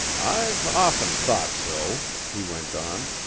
i've often thought so, he went on,